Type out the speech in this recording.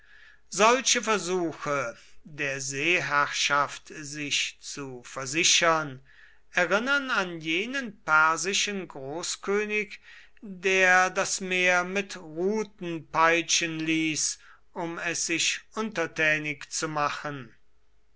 solche versuche der seeherrschaft sich zu versichern erinnern an jenen persischen großkönig der das meer mit ruten peitschen ließ um es sich untertänig zu machen